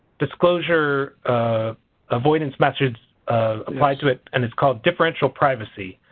disclosure avoidance methods applied to it and it's called differential privacy.